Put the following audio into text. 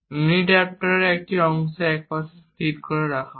mini ড্রাফটারের একটি অংশ একপাশে স্থির করা হয়